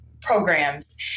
programs